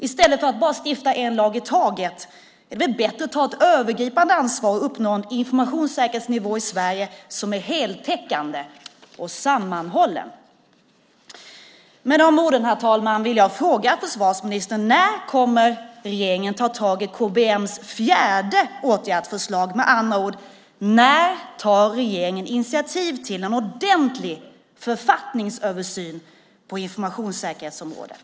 I stället för att stifta en lag i taget är det bättre att ta ett övergripande ansvar och uppnå en informationssäkerhetsnivå i Sverige som är heltäckande och sammanhållen. Med detta sagt, herr talman, vill jag fråga försvarsministern när regeringen kommer att ta tag i KBM:s fjärde åtgärdsförslag. Med andra ord: När tar regeringen initiativ till en ordentlig författningsöversyn på informationssäkerhetsområdet?